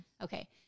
okay